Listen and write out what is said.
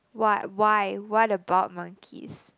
what why what about monkeys